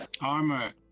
Armor